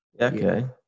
Okay